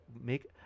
make